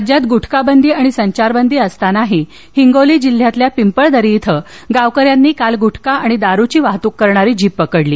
राज्यात गुटखा बंदी आणि संचारबंदी असतानाही हिंगोली जिल्ह्यातील पिंपळदरी इथे गावकऱ्यांनी काल गुटखा आणि दारुची वाहतूक करणारी जीप पकडली